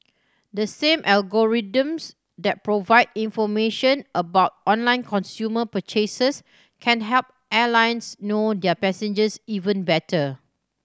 the same algorithms that provide information about online consumer purchases can help airlines know their passengers even better